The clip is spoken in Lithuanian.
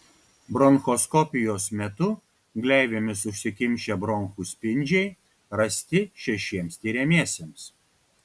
bronchoskopijos metu gleivėmis užsikimšę bronchų spindžiai rasti šešiems tiriamiesiems